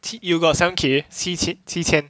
you got seven K 七千七千